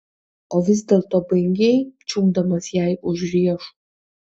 o vis dėlto baigei čiupdamas jai už riešų